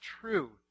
true